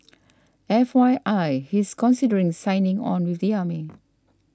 F Y I he's considering signing on with the army